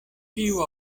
kiu